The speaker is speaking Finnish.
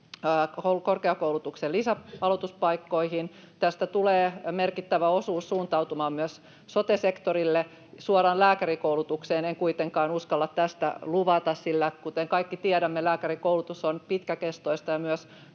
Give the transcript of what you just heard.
korkeakoulutuksen lisäaloituspaikkoihin. Tästä tulee merkittävä osuus suuntautumaan myös sote-sektorille. Suoraan lääkärikoulutukseen en kuitenkaan uskalla tästä luvata, sillä, kuten kaikki tiedämme, lääkärikoulutus on pitkäkestoista ja myös